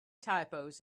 typos